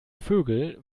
vögel